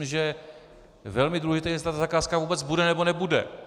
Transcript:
Je velmi důležité, jestli zakázka vůbec bude, nebo nebude.